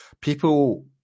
People